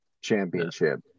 championship